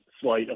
slight